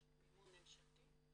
יש לכם מימון ממשלתי?